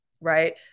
right